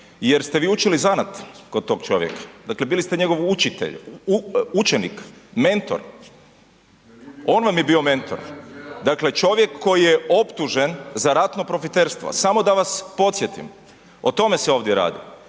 jer ste vi učili zanat kod tog čovjeka dakle bili ste njegov učitelj, učenik, mentor, on vam je bio mentor dakle čovjek koji je optužen za ratno profiterstvo. A samo da vas podsjetim, o tome se ovdje radi.